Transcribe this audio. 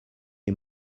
est